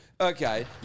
okay